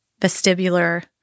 vestibular